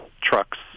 trucks